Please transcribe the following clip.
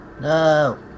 No